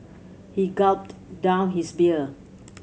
he gulped down his beer